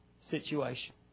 situation